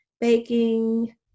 baking